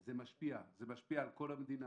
זה משפיע על כל המדינה,